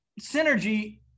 synergy